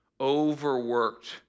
overworked